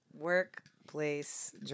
Workplace